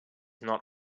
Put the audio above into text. not